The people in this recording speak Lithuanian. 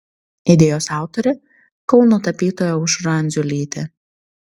idėjos autorė kauno tapytoja aušra andziulytė